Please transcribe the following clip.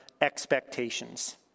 expectations